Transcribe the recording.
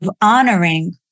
honoring